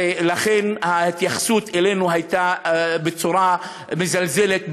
ולכן ההתייחסות אלינו הייתה בצורה מזלזלת,